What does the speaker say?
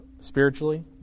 Spiritually